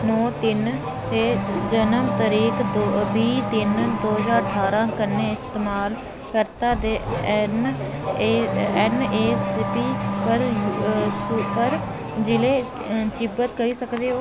नौ तिन्न ते जनम तरीक बीह् तिन्न दो ज्हार ठारां कन्नै इस्तेमालकर्ता दे ऐन्न ऐन्नएस्सपी पर सू पर जि'ले च सूची बद्ध करीू सकदे ओ